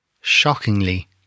Shockingly